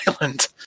island